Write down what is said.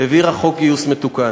העבירה חוק גיוס מתוקן,